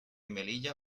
melilla